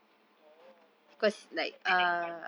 oh that's like next month